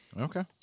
Okay